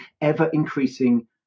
ever-increasing